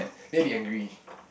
then I'll be angry